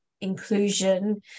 inclusion